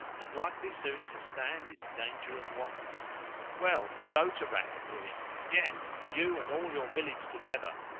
and likely soon to stand in danger of want well, go to rack and ruin yes, you and all your village together!